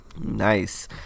Nice